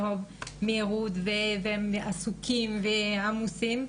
כי הם עסוקים ועמוסים.